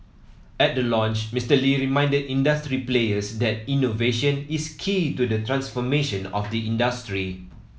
at the launch Mister Lee reminded industry players that innovation is key to the transformation of the industry